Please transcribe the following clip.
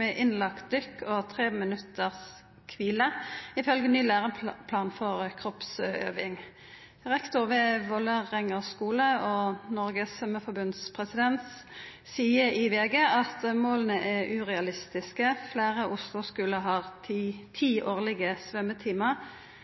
med innlagt dykk og 3 minutter hvile, ifølge ny læreplan for kroppsøving. Rektor ved Vålerenga skole og Norges Svømmeforbunds president sier i VG at målene er urealistiske, flere Oslo-skoler har ti årlige svømmetimer